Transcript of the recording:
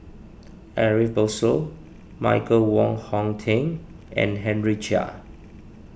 Ariff Bongso Michael Wong Hong Teng and Henry Chia